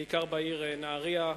בעיקר בעיר נהרייה,